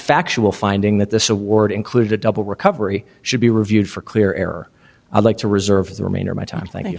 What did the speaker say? factual finding that this award includes a double recovery should be reviewed for clear error i'd like to reserve for the remainder of my time th